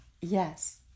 Yes